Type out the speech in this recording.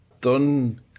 Done